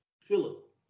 Philip